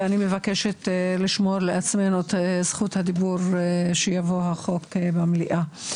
ואני מבקשת לשמור לעצמנו את זכות הדיבור שיבוא החוק במליאה.